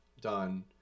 done